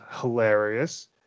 hilarious